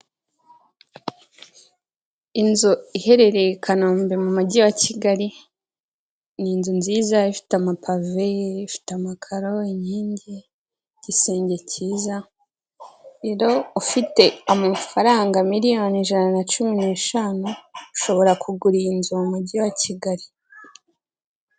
Inzu iherereye Kanombe mu mujyi wa Kigali, ni inzu nziza ifite amapave, ifite amakaro, inkingi, igisenge cyiza, rero ufite amafaranga miliyoni ijana na cumi n'eshanu ushobora kugura iyi nzu mu mujyi wa Kigali.